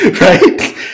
Right